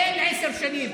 אין עשר שנים.